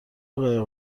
قایق